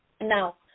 now